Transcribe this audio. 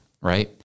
right